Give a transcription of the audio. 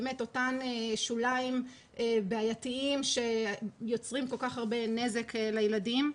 אותן שוליים בעיתיים שיוצרים כל כך הרבה נזק לילדים.